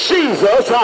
Jesus